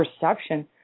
perception